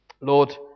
Lord